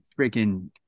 freaking